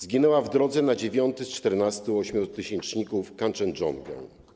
Zginęła w drodze na dziewiąty z 14 ośmiotysięczników - Kanczendzongę.